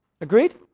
Agreed